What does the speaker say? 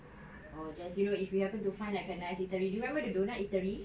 or just you know if you happen to find like a nice eatery remember the donut eatery